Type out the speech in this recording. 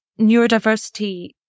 neurodiversity